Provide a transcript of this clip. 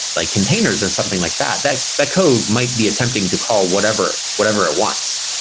like containers or something like that, that that code might be attempting to call whatever whatever it wants.